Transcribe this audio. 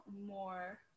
more